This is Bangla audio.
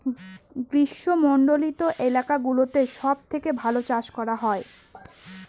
গ্রীষ্মমন্ডলীত এলাকা গুলোতে সব থেকে ভালো চাষ করা হয়